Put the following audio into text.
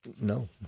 No